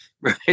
Right